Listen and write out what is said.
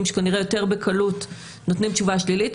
שכנראה יותר בקלות נותנים תשובה שלילית,